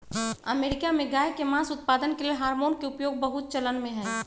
America में गायके मास उत्पादन के लेल हार्मोन के उपयोग बहुत चलनमें हइ